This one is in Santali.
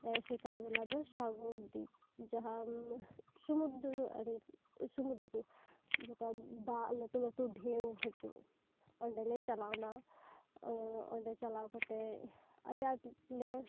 ᱥᱮᱛᱟᱜ ᱵᱮᱲᱟ ᱫᱚ ᱥᱟᱜᱚᱨ ᱫᱤᱯ ᱡᱟᱦᱟᱸ ᱥᱚᱢᱩᱫᱨᱩ ᱟᱲᱮ ᱜᱚᱴᱟ ᱫᱟᱜ ᱞᱟᱹᱴᱩᱼᱞᱟᱹᱴᱩ ᱰᱷᱮᱣ ᱦᱤᱹᱡᱩᱜ ᱚᱸᱰᱮᱞᱮ ᱪᱟᱞᱟᱣ ᱮᱱᱟ ᱛᱚ ᱚᱸᱰᱮ ᱪᱟᱞᱟᱣ ᱠᱟᱛᱮ ᱟᱹᱰᱤ ᱟᱸᱴ ᱞᱮ